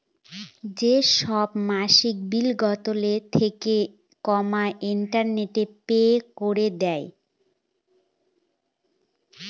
যেসব মাসিক বিলগুলো থাকে, ইন্টারনেটে পে করে দেয়